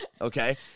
Okay